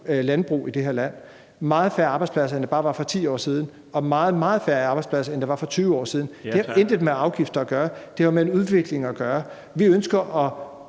landbrug i det her land. Der er meget færre arbejdspladser, end der var for bare 10 år siden, og mange, mange færre arbejdspladser, end der var for 20 år siden. (Den fg. formand (Bjarne Laustsen): Ja tak). Det har intet med afgifter at gøre. Det har med en udvikling at gøre. Vi ønsker